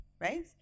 right